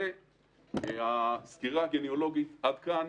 זאת הסקירה הגניאולוגית עד כאן,